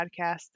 podcast